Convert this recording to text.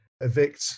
evict